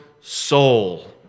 soul